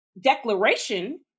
declaration